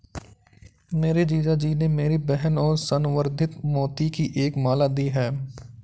मेरे जीजा जी ने मेरी बहन को संवर्धित मोती की एक माला दी है